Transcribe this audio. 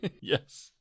Yes